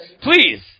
Please